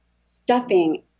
stuffing